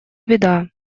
беда